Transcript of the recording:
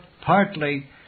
partly